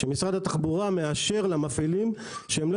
שמשרד התחבורה מאשר למפעילים שהם לא